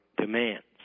demands